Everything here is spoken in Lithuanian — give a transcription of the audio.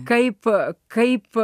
kaip kaip